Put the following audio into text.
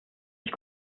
ich